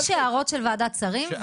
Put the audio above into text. יש הערות של ועדת שרים,